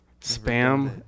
Spam